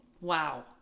Wow